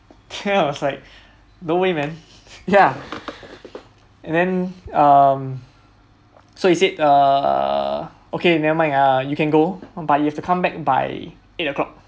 then I was like no way man ya and then um so he said err okay never mind uh you can go but you have to come back by eight o'clock